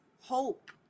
hope